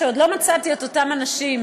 עוד לא מצאתי את אותם אנשים,